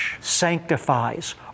sanctifies